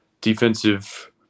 defensive